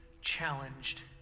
challenged